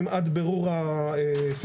אבל אפשר לברר אותם.